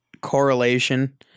correlation